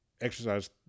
exercise